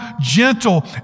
gentle